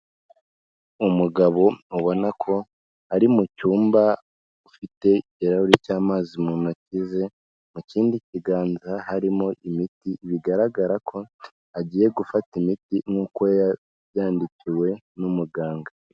Umugabo ubona ko ari mucyumba, ufite ikirahuri cy'amazi mu ntoki ze, mu kindi kiganza harimo imiti, bigaragara ko agiye gufata imiti nk'uko yabyandikiwe n'umuganga.